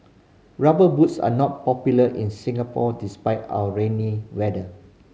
Rubber Boots are not popular in Singapore despite our rainy weather